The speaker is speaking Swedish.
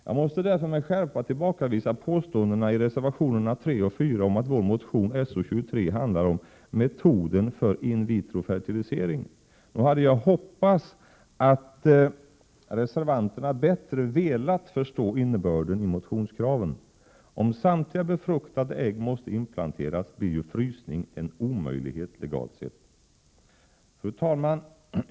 Jag måste därför med skärpa tillbakavisa påståendena i reservationerna 3 och 4 att vår motion §023 handlar om metoden för in-vitro-fertilisering. Nog hade jag hoppats att reservanterna bättre velat förstå innebörden i motionskraven. Om samtliga befruktade ägg måste implanteras blir ju frysning en omöjlighet legalt sett. Fru talman!